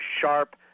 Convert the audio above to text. sharp